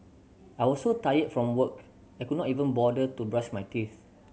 I was so tired from work I could not even bother to brush my teeth